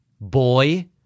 boy